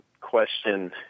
question